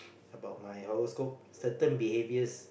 about my horoscope certain behaviors